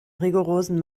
rigorosen